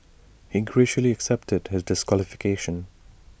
he graciously accepted his disqualification